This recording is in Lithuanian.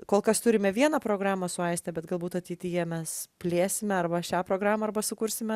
kol kas turime vieną programą su aiste bet galbūt ateityje mes plėsime arba šią programą arba sukursime